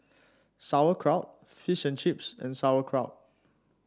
Sauerkraut Fish and Chips and Sauerkraut